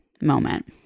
moment